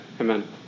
Amen